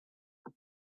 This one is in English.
and